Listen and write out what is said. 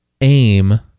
AIM